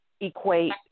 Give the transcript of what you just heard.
equate